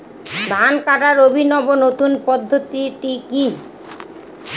ধান কাটার অভিনব নতুন পদ্ধতিটি কি?